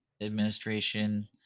Administration